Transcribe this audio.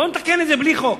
בואו נתקן את זה בלי חוק.